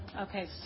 Okay